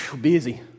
Busy